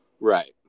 Right